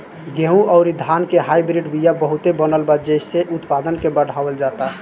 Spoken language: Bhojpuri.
गेंहू अउरी धान के हाईब्रिड बिया बहुते बनल बा जेइसे उत्पादन के बढ़ावल जाता